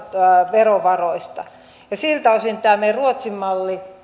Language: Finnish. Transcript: verovaroista siltä osin tämä ruotsin malli on erilainen